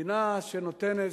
מדינה שנותנת,